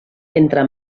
entre